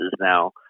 now